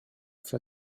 für